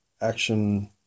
action